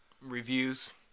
reviews